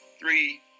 three